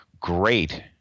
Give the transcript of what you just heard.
great